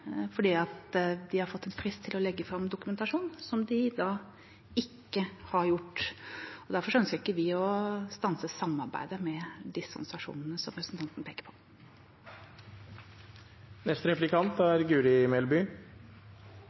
De har fått en frist til å legge fram dokumentasjon, som de da ikke har gjort. Derfor ønsker ikke vi å stanse samarbeidet med disse organisasjonene som representanten peker på.